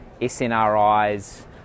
SNRIs